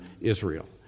Israel